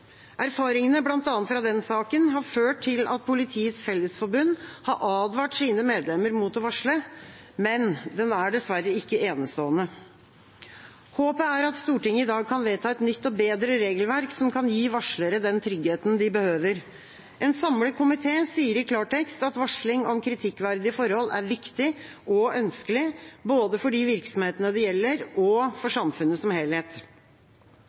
Erfaringene bl.a. fra den saken har ført til at Politiets Fellesforbund har advart sine medlemmer mot å varsle, men den er dessverre ikke enestående. Håpet er at Stortinget i dag kan vedta et nytt og bedre regelverk, som kan gi varslere den tryggheten de behøver. En samlet komité sier i klartekst at varsling om kritikkverdige forhold er viktig og ønskelig, både for de virksomhetene det gjelder, og for samfunnet som helhet.